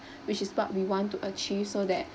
which is what we want to achieve so that